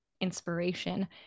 inspiration